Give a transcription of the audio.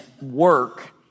work